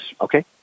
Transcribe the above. Okay